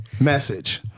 Message